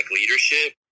leadership